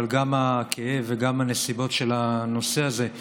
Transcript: אבל גם הכאב וגם הנסיבות של הנושא הזה,